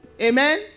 Amen